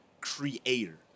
creator